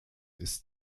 ist